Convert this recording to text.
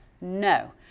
No